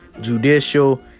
judicial